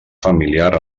familiar